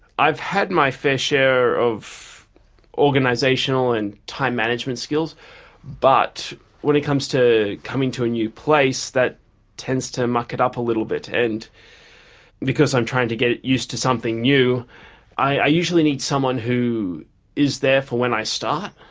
i've had my fair share of organisational and time management skills but when it comes to coming to a new place, that tends to muck it up a little bit, and because i'm trying to get used to something new i usually need someone who is there for when i start.